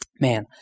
man